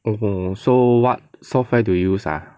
mmhmm so what software to use ah